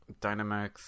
Dynamax